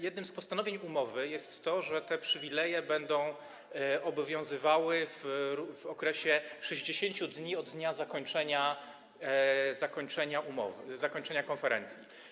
Jednym z postanowień umowy jest to, że te przywileje będą obowiązywały w okresie 60 dni od dnia zakończenia umowy, zakończenia konferencji.